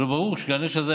הלוא ברור שהנשק הזה,